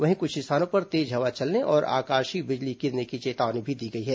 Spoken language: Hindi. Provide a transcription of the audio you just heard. वहीं कृछ स्थानों पर तेज हवा चलने और आकाशीय बिजली गिरने की चेतावनी भी दी गई है